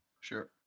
sure